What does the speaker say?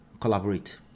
collaborate